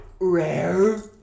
rare